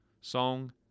song